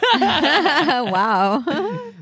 Wow